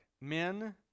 men